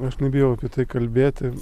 aš nebijau apie tai kalbėti